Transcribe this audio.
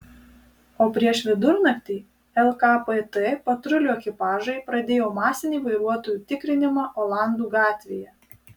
o prieš vidurnaktį lkpt patrulių ekipažai pradėjo masinį vairuotojų tikrinimą olandų gatvėje